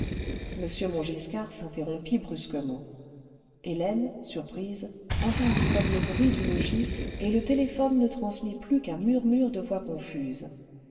m montgiscard s'interrompit brusquement hélène surprise entendit comme le bruit d'une gifle et le téléphone ne transmit plus qu'un murmure de voix confuses